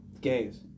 Gays